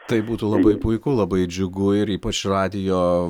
tai būtų labai puiku labai džiugu ir ypač radijo